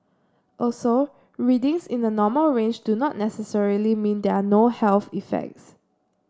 also readings in the normal range do not necessarily mean there are no health effects